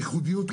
ייחודיות,